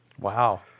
Wow